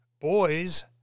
boys